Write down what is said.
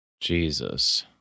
Jesus